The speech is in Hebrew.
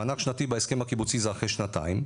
מענק שנתי בהסכם הקיבוצי זה אחרי שנתיים,